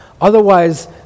Otherwise